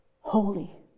holy